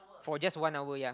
for just one hour ya